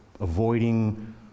avoiding